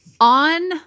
On